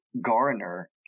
Garner